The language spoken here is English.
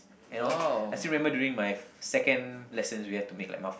you know I still remember during my second lessons we have to make like muffin